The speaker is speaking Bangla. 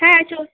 হ্যাঁ